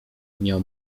miał